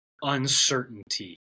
uncertainty